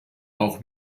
auch